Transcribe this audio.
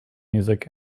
music